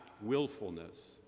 Willfulness